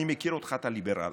אני מכיר אותך, אתה ליברל.